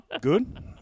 good